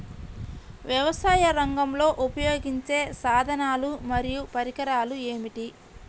వ్యవసాయరంగంలో ఉపయోగించే సాధనాలు మరియు పరికరాలు ఏమిటీ?